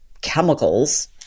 chemicals